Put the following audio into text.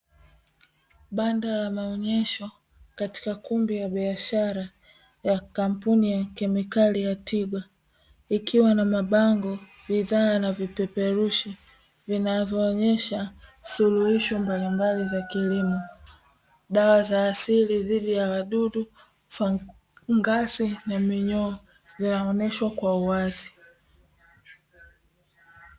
Banda la maonyesho katika kumbi ya biashara ya kampuni ya kemikali ya "Tigwa" ikiwa na mabango, bidhaa na vipeperushi vinazoonyesha suluhisho mbalimbali za kilimo, dawa za asili dhidi ya wadudu, fangasi na minyoo zinaonyeshwa kwa uwazi.